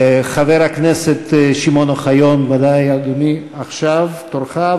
חבר הכנסת שמעון אוחיון, עכשיו תורך.